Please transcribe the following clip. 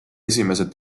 esimesed